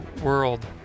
world